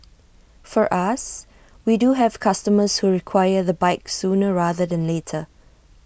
for us we do have customers who require the bike sooner rather than later